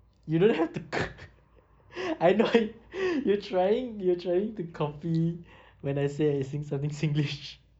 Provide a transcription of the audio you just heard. you don't have to I know you're you're trying you're trying to copy when I say saying something singlish